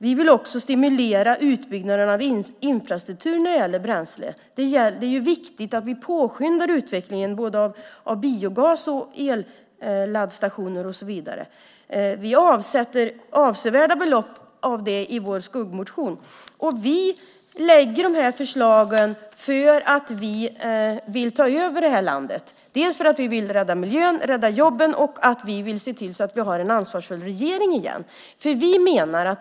Vi vill också stimulera utbyggnaden av infrastrukturen när det gäller bränsle. Det är viktigt att vi påskyndar utvecklingen av både biogas och elladdstationer och så vidare. Vi avsätter avsevärda belopp på det i vår skuggmotion, och vi lägger de här förslagen för att vi vill ta över det här landet. Vi vill rädda miljön, rädda jobben och se till att vi har en ansvarsfull regering igen.